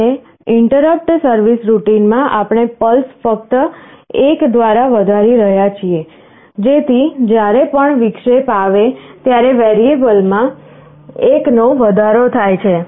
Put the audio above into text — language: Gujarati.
અને ઇન્ટરપટ સર્વિસ રૂટિનમાં આપણે પલ્સ ફક્ત 1 દ્વારા વધારી રહ્યા છીએ જેથી જ્યારે પણ વિક્ષેપ આવે ત્યારે વેરિયેબલ માં 1 નો વધારો થાય છે